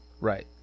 Right